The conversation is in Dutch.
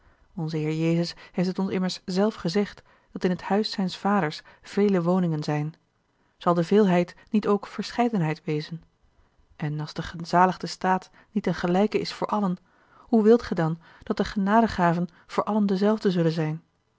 onze heer jezus heeft het ons immers zelf gezegd dat in het huis zijns vaders vele woningen zijn zal de veelheid niet ook verscheidenheid wezen en als de gezaligde staat niet een gelijke is voor allen hoe wilt gij dan dat de genadegaven voor allen dezelfde zullen zijn